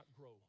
grow